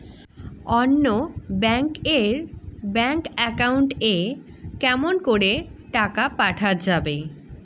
অন্য ব্যাংক এর bank account এ কেমন করে টাকা পাঠা যাবে?